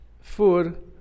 food